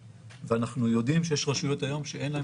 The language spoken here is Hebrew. אנחנו יודעים שיש היום רשויות שאין להן